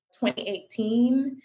2018